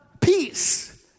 peace